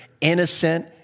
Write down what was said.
Innocent